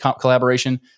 collaboration